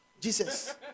Jesus